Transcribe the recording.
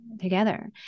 together